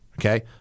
Okay